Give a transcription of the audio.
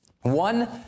one